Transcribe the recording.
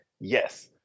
Yes